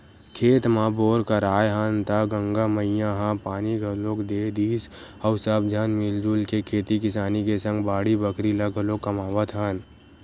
खेत म बोर कराए हन त गंगा मैया ह पानी घलोक दे दिस अउ सब झन मिलजुल के खेती किसानी के सग बाड़ी बखरी ल घलाके कमावत हन